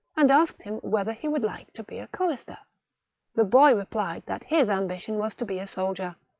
and asked him whether he would like to be a chorister the boy replied that his ambition was to be a soldier.